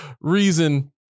reason